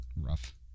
rough